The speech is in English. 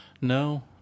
No